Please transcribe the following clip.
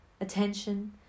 attention